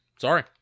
Sorry